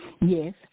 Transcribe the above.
Yes